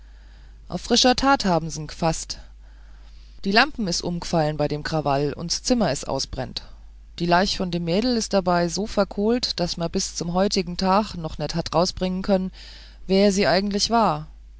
auf frischer tat habn's'n g'faßt die lampen is umg'fallen bei dem krawall und's zimmer is ausbrennt die leich von dem mädel is dabei so verkohlt daß mer bis zum heutigen tage noch nöt hat rausbringen können wer sie eigentlich war